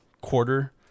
quarter